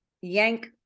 yank